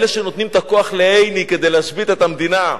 אלה שנותנים את הכוח לעיני כדי להשבית את המדינה.